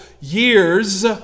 years